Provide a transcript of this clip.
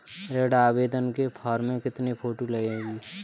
ऋण आवेदन के फॉर्म में कितनी फोटो लगेंगी?